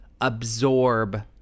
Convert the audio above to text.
absorb